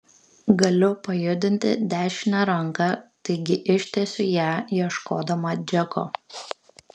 galiu pajudinti dešinę ranką taigi ištiesiu ją ieškodama džeko